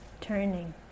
turning